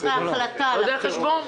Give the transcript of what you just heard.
טעות שלי,